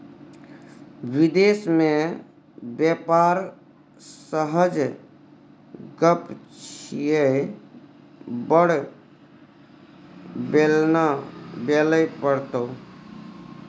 विदेश मे बेपार सहज गप छियै बड़ बेलना बेलय पड़तौ